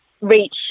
reach